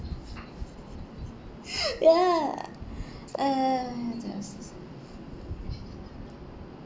ya ah